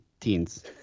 teens